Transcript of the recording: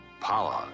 Power